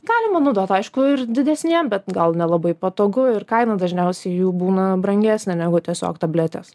galima naudot aišku ir didesniem bet gal nelabai patogu ir kaina dažniausiai jų būna brangesnė negu tiesiog tabletės